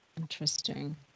Interesting